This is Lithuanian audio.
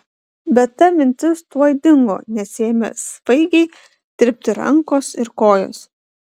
bet ta mintis tuoj dingo nes ėmė svaigiai tirpti rankos ir kojos